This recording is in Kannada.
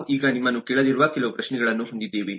ನಾವು ಈಗ ನಿಮ್ಮನ್ನು ಕೇಳಲಿರುವ ಕೆಲವು ಪ್ರಶ್ನೆಗಳನ್ನು ಹೊಂದಿದ್ದೇವೆ